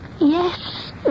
Yes